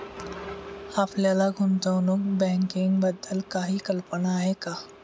आपल्याला गुंतवणूक बँकिंगबद्दल काही कल्पना आहे का?